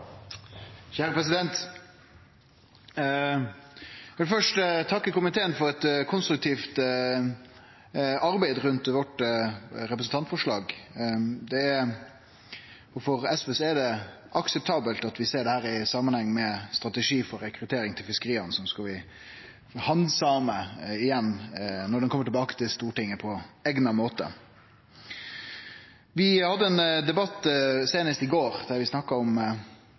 det akseptabelt at vi ser dette i samanheng med strategi for rekruttering til fiskeria, som vi skal handsame igjen når han kjem tilbake til Stortinget på eigna måte. Vi hadde ein debatt seinast i går der vi snakka om